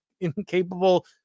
incapable